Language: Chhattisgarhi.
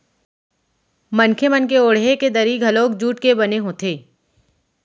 मनखे मन के ओड़हे के दरी घलोक जूट के बने होथे